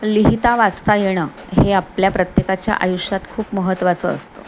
लिहिता वाचता येणं हे आपल्या प्रत्येकाच्या आयुष्यात खूप महत्त्वाचं असतं